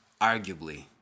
arguably